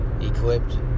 equipped